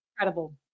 incredible